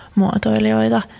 muotoilijoita